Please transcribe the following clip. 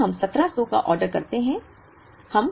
यहां हम 1700 का ऑर्डर करते हैं